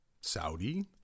Saudi